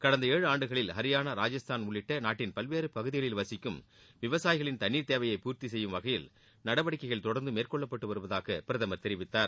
கடந்த ஏழாண்டுகளில் ஹரியானா ராஜஸ்தான் உள்ளிட்ட நாட்டின் பல்வேறு பகுதிகளில் வசிக்கும் விவசாயிகளின் தண்ணீர் தேவைகளை பூர்த்தி செய்யும் வகையில் நடவடிக்கைகள் தொடர்ந்து மேற்கொள்ளப்பட்டு வருவதாக பிரதமர் தெரிவித்தார்